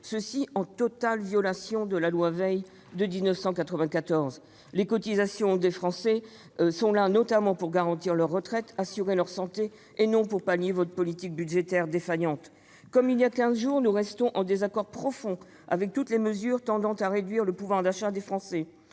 », en violation de la loi Veil de 1994. Les cotisations sociales des Français servent notamment à garantir leur retraite et à assurer leur santé, non à pallier votre politique budgétaire défaillante. Comme il y a quinze jours, nous sommes en désaccord profond avec toutes les mesures tendant à réduire le pouvoir d'achat des Français